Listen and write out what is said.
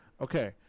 okay